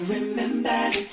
Remember